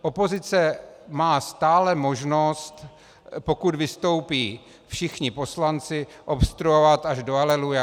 Opozice má stále možnost, pokud vystoupí všichni poslanci, obstruovat až do aleluja.